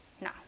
No